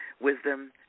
Wisdom